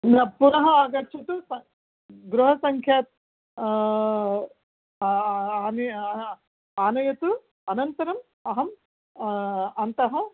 न पुनः आगच्छतु स गृहसंख्या आनयतु अनन्तरम् अहम् अन्तः